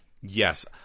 Yes